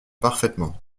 parfaitement